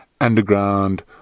underground